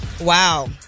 Wow